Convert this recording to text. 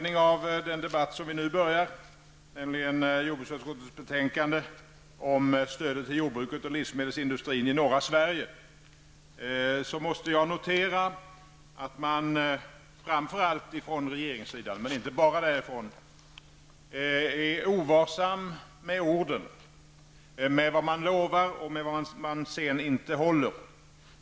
I den debatt som vi nu börjar med anledning av jordbruksutskottets betänkande om stödet till jordbruket och livsmedelsindustrin i norra Sverige måste jag notera att man framför allt från regeringens sida är ovarsam med orden, med vad man lovar och sedan inte håller.